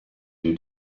due